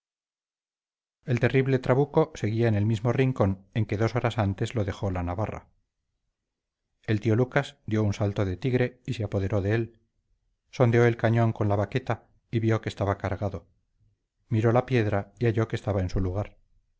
el terrible trabuco seguía en el mismo rincón en que dos horas antes lo dejó la navarra el tío lucas dio un salto de tigre y se apoderó de él sondeó el cañón con la baqueta y vio que estaba cargado miró la piedra y halló que estaba en su lugar